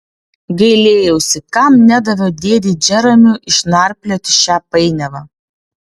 gailėjausi kam nedaviau dėdei džeremiui išnarplioti šią painiavą